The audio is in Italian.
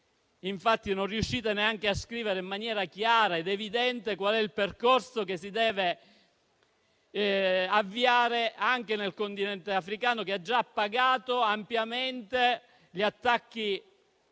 infatti non riuscite neanche a scrivere in maniera chiara ed evidente qual è il percorso che si deve avviare anche nel continente africano, che ha già pagato ampiamente gli attacchi coloniali